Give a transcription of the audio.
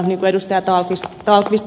tallqvist äsken kertoi